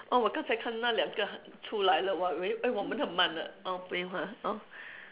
oh 我刚才看那两个出来了我以为 eh 我们很慢呢 orh 对 ha orh